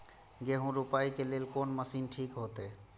गेहूं रोपाई के लेल कोन मशीन ठीक होते?